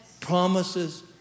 promises